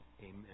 amen